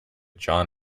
jon